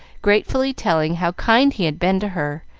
gratefully telling how kind he had been to her,